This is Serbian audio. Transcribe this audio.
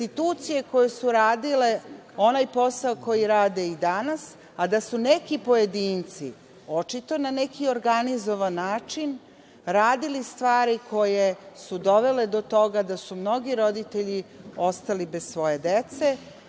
Institucije koje su radile onaj posao koji rade i danas, a da su neki pojedinci, očito na neki organizovan način radili stvari koje su dovele do toga da su mnogi roditelji ostali bez svoje dece